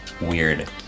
weird